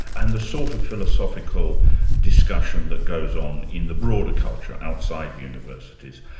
and the sort of philosophical discussion that goes on in the broader culture, outside universities.